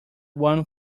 one